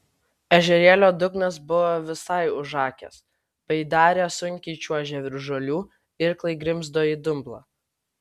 ežerėlio dugnas buvo visai užakęs baidarė sunkiai čiuožė virš žolių irklai grimzdo į dumblą